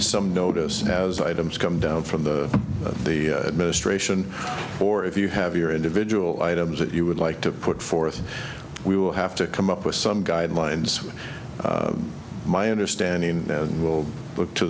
some notice as items come down from the the administration or if you have your individual items that you would like to put forth we will have to come up with some guidelines with my understanding and we'll look to